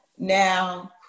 Now